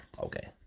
Okay